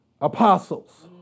apostles